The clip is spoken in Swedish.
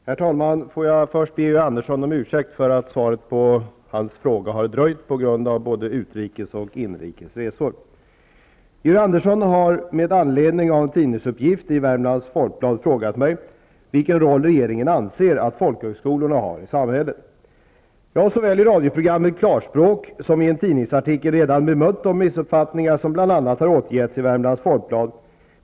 Herr talman! Låt mig först be Georg Andersson om ursäkt för att svaret på hans fråga har dröjt på grund av både utrikes och inrikes resor. Georg Andersson har med anledning av en tidningsuppgift i Värmlands Folkblad frågat mig vilken roll regeringen anser att folkhögskolorna har i samhället. Jag har såväl i radioprogrammet Klarspråk som i en tidningsartikel redan bemött de missuppfattningar som bl.a. har återgetts i Värmlands Folkblad.